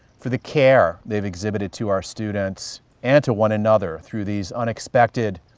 for the care they've exhibited to our students and to one another through these unexpected,